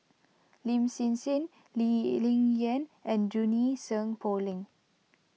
Lin Hsin Hsin Lee Ling Yen and Junie Sng Poh Leng